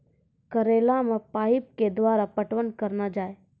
करेला मे पाइप के द्वारा पटवन करना जाए?